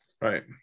right